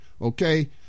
Okay